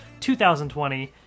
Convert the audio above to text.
2020